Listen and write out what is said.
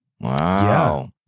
Wow